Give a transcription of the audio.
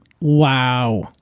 Wow